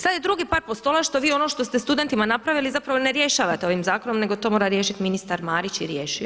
Sada je drugi par postola što vi ono što ste studentima napravili zapravo ne rješavate ovim zakonom nego to mora riješiti ministar Marić i riješio je.